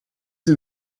sie